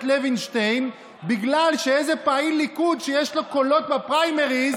לוינשטיין בגלל איזה פעיל ליכוד שיש לו קולות בפריימריז,